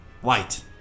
White